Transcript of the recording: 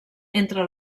entre